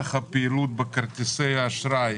נפח הפעילות בכרטיסי האשראי